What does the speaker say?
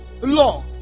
law